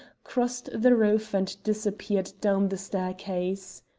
crossed the roof and disappeared down the staircase.